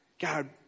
God